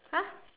!huh!